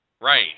Right